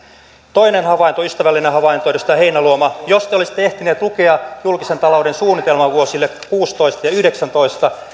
toinen havainto ystävällinen havainto edustaja heinäluoma jos te olisitte ehtinyt lukea julkisen talouden suunnitelman vuosille kuusitoista viiva yhdeksäntoista